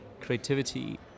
creativity